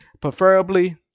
Preferably